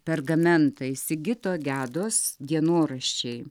pergamentai sigito gedos dienoraščiai